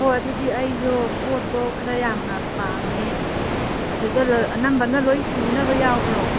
ꯍꯣꯏ ꯑꯗꯨꯗꯤ ꯑꯩꯁꯨ ꯄꯣꯠꯇꯣ ꯈꯔ ꯌꯥꯝꯅ ꯄꯥꯝꯃꯦ ꯑꯗꯨꯗ ꯑꯅꯝꯕꯅ ꯂꯣꯏꯅ ꯁꯨꯅꯕ ꯌꯥꯎꯕ꯭ꯔꯣ